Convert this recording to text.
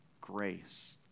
grace